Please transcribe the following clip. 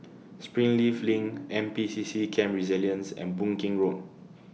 Springleaf LINK N P C C Camp Resilience and Boon Keng Road